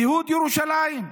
ייהוד ירושלים.